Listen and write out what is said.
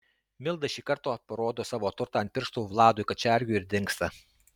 milda šį kartą parodo savo turtą ant pirštų vladui kačergiui ir dingsta